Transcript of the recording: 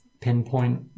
Pinpoint